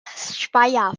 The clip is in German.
speyer